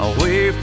Away